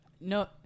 No